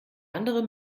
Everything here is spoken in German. andere